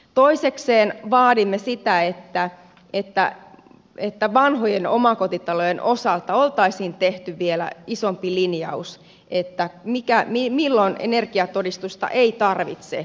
toisekseen vaadimme sitä että vanhojen omakotitalojen osalta oltaisiin tehty vielä isompi linjaus siitä milloin energiatodistusta ei tarvitse laatia